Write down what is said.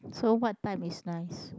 so what type is nice